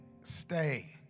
stay